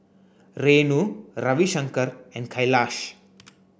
Renu Ravi Shankar and Kailash